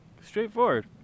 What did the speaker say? Straightforward